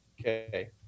Okay